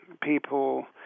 people